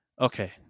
okay